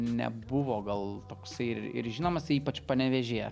nebuvo gal toksai ir ir žinomas ypač panevėžyje